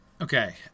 okay